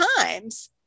times